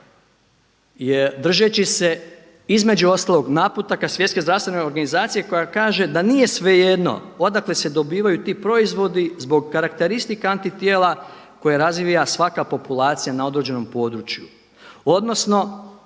jer držeći se između ostalog naputaka Svjetske zdravstvene organizacije koja kaže da nije svejedno odakle se dobivaju ti proizvodi zbog karakteristika antitijela koje razvija svaka populacija na određenom području odnosno